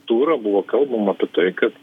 turą buvo kalbama apie tai kad